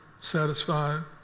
satisfied